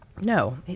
No